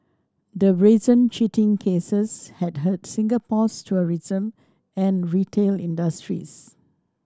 the brazen cheating cases had hurt Singapore's tourism and retail industries